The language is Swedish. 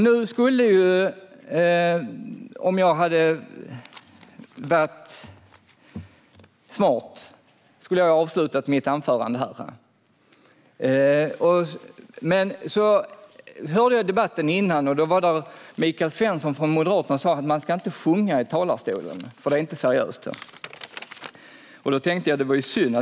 Om jag hade varit smart skulle jag ha avslutat mitt anförande här. Jag hörde Michael Svensson från Moderaterna tidigare säga att man inte ska sjunga i talarstolen, för det är inte seriöst.